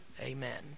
amen